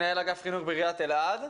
מנהל אגף חינוך בעיריית אלעד,